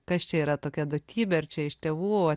kas čia yra tokia duotybė ar čia iš tėvų